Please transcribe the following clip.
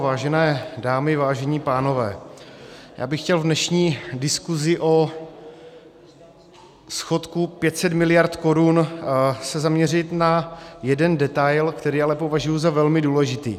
Vážené dámy, vážení pánové, já bych se chtěl v dnešní diskuzi o schodku 500 mld. korun zaměřit na jeden detail, který ale považuji za velmi důležitý.